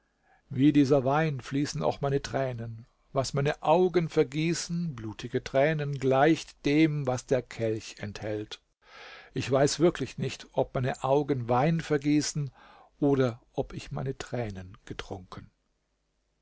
wie dieser wein fließen auch meine tränen was meine augen vergießen blutige tränen gleicht dem was der kelch enthält ich weiß wirklich nicht ob meine augen wein vergießen oder ob ich meine tränen getrunken